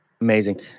Amazing